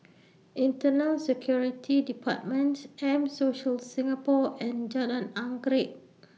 Internal Security department M Social Singapore and Jalan Anggerek